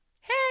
Hey